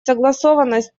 согласованность